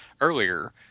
earlier